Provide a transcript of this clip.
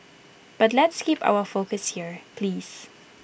but let's keep our focus here please